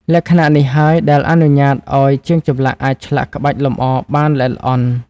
លក្ខណៈនេះហើយដែលអនុញ្ញាតឱ្យជាងចម្លាក់អាចឆ្លាក់ក្បាច់លម្អបានល្អិតល្អន់។